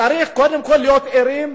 צריך קודם כול להיות ערים,